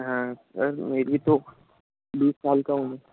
हाँ सर मेरी तो बीस साल का हूँ मैं